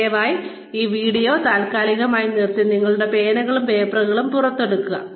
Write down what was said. ദയവായി ഈ വീഡിയോ താൽക്കാലികമായി നിർത്തി നിങ്ങളുടെ പേനകളും പേപ്പറുകളും പുറത്തെടുക്കുക